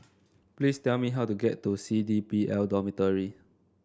please tell me how to get to C D P L Dormitory